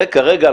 הרי כרגע,